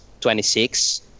26